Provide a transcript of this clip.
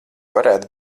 varētu